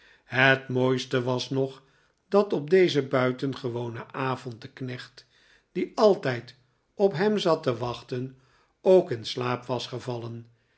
het mooiste was nog dat op dezen buitengewonen avond de knecht die altijd op hem zat te wachten ook in slaap was gevallen